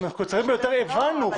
המקוצרים ביותר הבנו.